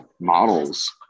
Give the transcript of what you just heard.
models